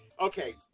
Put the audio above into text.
Okay